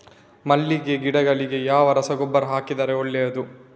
ಮಲ್ಲಿಗೆ ಗಿಡಗಳಿಗೆ ಯಾವ ರಸಗೊಬ್ಬರ ಹಾಕಿದರೆ ಒಳ್ಳೆಯದು?